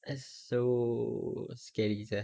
that's so scary sia